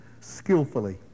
Skillfully